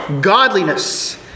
Godliness